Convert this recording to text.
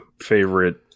favorite